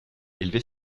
élevée